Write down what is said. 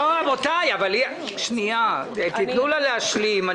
רבותי, תנו לה להשלים.